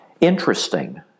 interesting